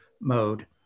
mode